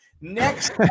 Next